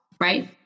right